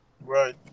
Right